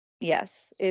Yes